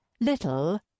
Little